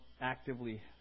actively